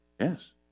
Yes